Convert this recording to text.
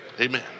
Amen